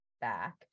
back